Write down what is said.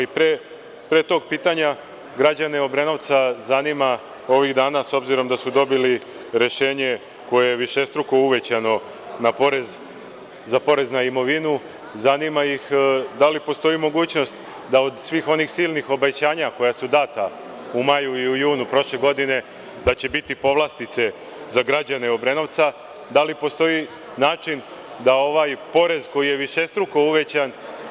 Pre tog pitanja građane Obrenovca zanima ovih dana s obzirom da su dobili rešenje koje je višestruko uvećano za porez na imovinu zanima ih da li postoji mogućnost da od svih onih silnih obećanja koja su data u maju i u junu prošle godine, da će biti povlastice za građane Obrenovca, da li postoji način da ovaj porez koji je višestruko uvećan.